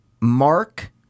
Mark